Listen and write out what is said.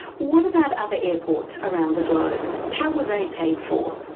what about other airports around the globe, how were they paid for?